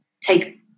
take